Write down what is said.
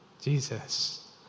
Jesus